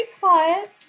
quiet